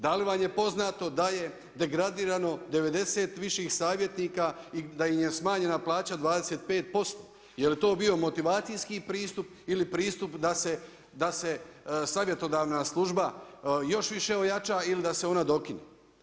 Da li vam je poznato da je degradirano 90 viših savjetnika i da im je smanjena plaća 25%, je li to bio motivacijski pristup ili pristup da se savjetodavna služba još više ojača ili da se ona dokine?